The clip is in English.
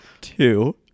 Two